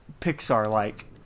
Pixar-like